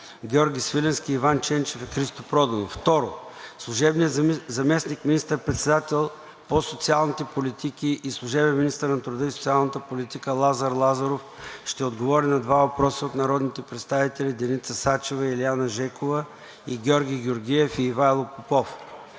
Георги Свиленски, Иван Ченчев и Христо Проданов. 2. Служебният заместник министър-председател по социалните политики и служебен министър на труда и социалната политика Лазар Лазаров ще отговори на два въпроса от народните представители Деница Сачева и Илиана Жекова; и Георги Георгиев и Ивайло Папов.